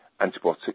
antibiotic